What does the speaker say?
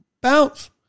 bounce